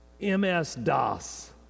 MS-DOS